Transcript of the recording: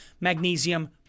magnesium